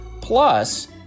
Plus